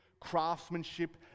craftsmanship